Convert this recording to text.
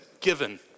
given